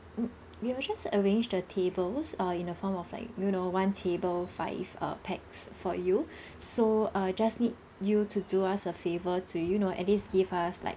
mm we'll just arrange the tables uh in a form of like you know one table five uh pax for you so uh just need you to do us a favor to you know at least give us like